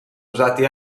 usati